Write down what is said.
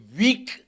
weak